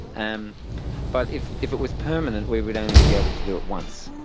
and but if if it was permanent we would only be able to do it once.